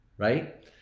Right